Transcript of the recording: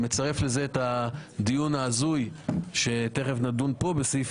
מצרף לזה את הדיון ההזוי שתכף נדון פה בסעיף